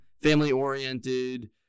family-oriented